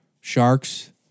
sharks